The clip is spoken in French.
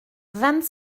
vingt